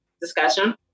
discussion